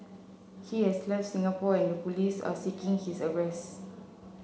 he has left Singapore and the police are seeking his arrest